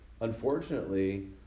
unfortunately